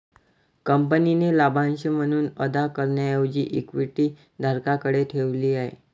कंपनीने लाभांश म्हणून अदा करण्याऐवजी इक्विटी धारकांकडे ठेवली आहे